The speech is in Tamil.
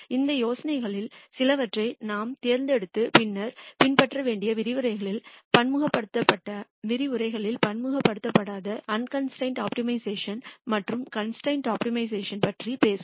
இந்த யோசனைகளில் சிலவற்றை நாம் தேர்ந்தெடுத்து பின்னர் பின்பற்ற வேண்டிய விரிவுரைகளில் பன்முகப்படுத்தப்படாத அன்கன்ஸ்டிரெயின்டு ஆப்டிமைசேஷன் மற்றும் கன்ஸ்டிரெயின்டு ஆப்டிமைசேஷன் பற்றி பேசுவோம்